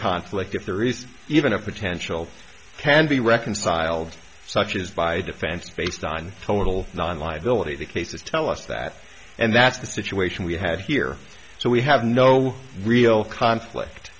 conflict if there is even a potential can be reconciled such as by a defense based on total non liability the case is tell us that and that's the situation we have here so we have no real conflict